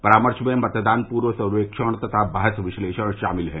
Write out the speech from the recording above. परामर्श में मतदान पूर्व सर्वेक्षण तथा बहस विश्लेषण शामिल हैं